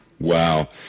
Wow